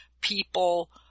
people